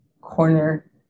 corner